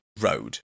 road